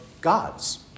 God's